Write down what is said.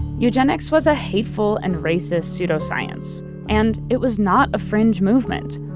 eugenics was a hateful and racist pseudoscience and it was not a fringe movement.